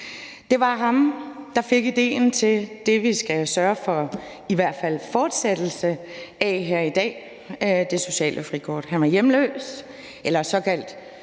Det var ham, der fik idéen til det, vi i dag skal sørge for i hvert fald fortsætter, altså det sociale frikort. Han var hjemløs eller såkaldt